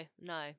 no